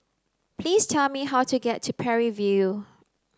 please tell me how to get to Parry View